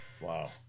Wow